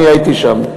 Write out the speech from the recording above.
אני הייתי שם.